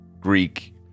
Greek